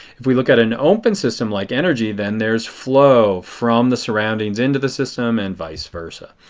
if we look at an open system like energy, then there is flow from the surroundings into the system and vice versa.